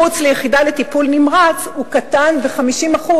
מחוץ ליחידה לטיפול נמרץ הוא קטן ב-50%